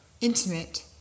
intimate